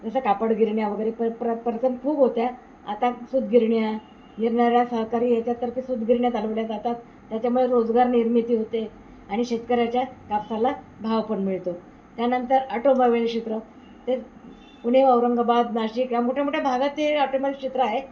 जसं कापड गिरण्या वगैरे पर प्र खूप होत्या आता सुतगिरण्या निरनाऱ्या सहकारी याच्यात तर्फे सुतगिरण्या चालवल्या जातात त्याच्यामुळे रोजगार निर्मिती होते आणि शेतकऱ्याच्या कापसाला भाव पण मिळतो त्यानंतर ऑटोमबाईल क्षेत्र ते पुणे औरंगाबाद नाशिक या मोठ्यामोठ्या भागात ते ऑटो क्षेत्र आहे